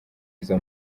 izo